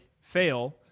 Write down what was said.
fail